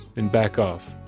and back off,